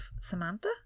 Samantha